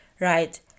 Right